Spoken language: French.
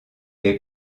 est